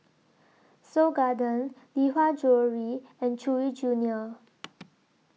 Seoul Garden Lee Hwa Jewellery and Chewy Junior